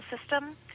system